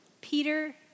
Peter